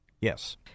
Yes